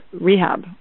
rehab